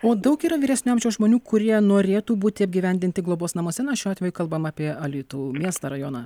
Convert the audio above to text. o daug yra vyresnio amžiaus žmonių kurie norėtų būti apgyvendinti globos namuose na šiuo atveju kalbam apie alytų miestą rajoną